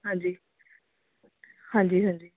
ਹਾਂਜੀ ਹਾਂਜੀ ਹਾਂਜੀ